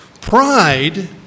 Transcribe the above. Pride